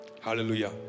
Hallelujah